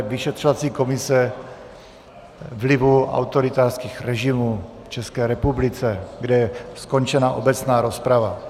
Vyšetřovací komise k vlivu autoritářských režimů v České republice, kde je skončena obecná rozprava.